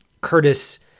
curtis